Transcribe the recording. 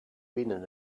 binnen